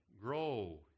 grow